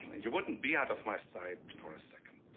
you wouldn't be out of my sight for a second.